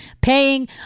Paying